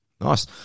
nice